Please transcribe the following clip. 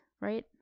right